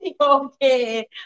okay